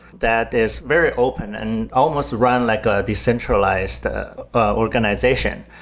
that is very open and almost run like a decentralized organization.